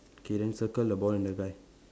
okay then circle the ball and the guy